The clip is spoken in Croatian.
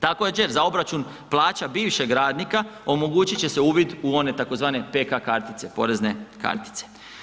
Također, za obračun plaća bivšeg radnika omogućit će se uvid u one tzv. PK kartice, porezne kartice.